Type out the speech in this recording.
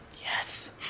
yes